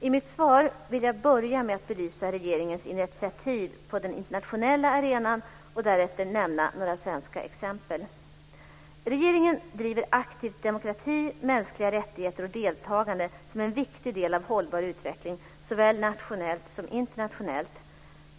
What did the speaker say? I mitt svar vill jag börja med att belysa regeringens initiativ på den internationella arenan och därefter nämna några svenska exempel. Regeringen driver aktivt demokrati, mänskliga rättigheter och deltagande som en viktig del av hållbar utveckling såväl nationellt som internationellt.